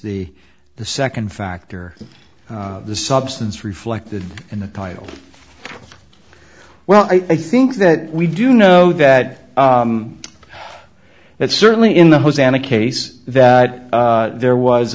the the second factor the substance reflected in the title well i think that we do know that that certainly in the hosanna case that there was